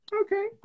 Okay